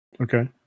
Okay